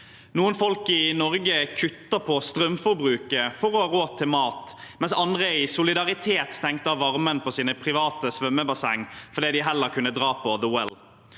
Noen folk i Norge kutter på strømforbruket for å ha råd til mat, mens andre i solidaritet stengte av varmen på sine private svøm mebasseng fordi de heller kunne dra på The Well.